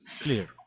Clear